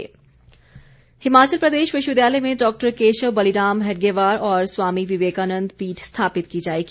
विश्वविद्यालय हिमाचल प्रदेश विश्वविद्यालय में डॉक्टर केशव बलीराम हेडगेबार और स्वामी विवेकानन्द पीठ स्थापित की जाएगी